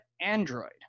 android